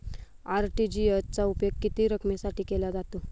RTGS चा उपयोग किती रकमेसाठी केला जातो?